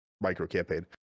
micro-campaign